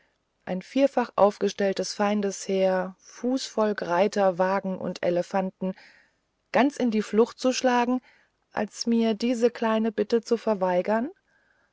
ein vierfach aufgestelltes feindesheer fußvolk reiter wagen und elefanten ganz in die flucht zu jagen als mir diese kleine bitte zu verweigern